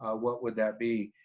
ah what would that be.